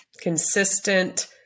Consistent